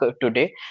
today